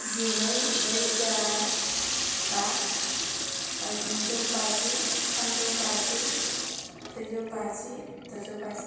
जिनै नैरोजा बा नैजौ बाजि थामजौ बाजि ब्रैजौ बाजि द'जौ बाजि